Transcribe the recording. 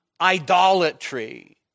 idolatry